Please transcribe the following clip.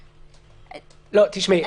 תשמעי,